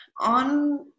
on